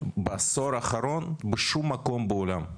בעשור האחרון בשום מקום בעולם.